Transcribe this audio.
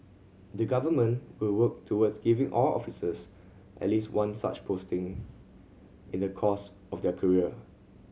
the Government will work towards giving all officers at least one such posting in the course of their career